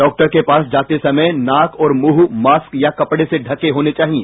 doctor के पास जाते समय नाक और मुंह मास्क या कपड़े से ढंके होने चाहिए